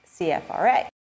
CFRA